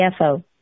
CFO